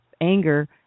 anger